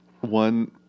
One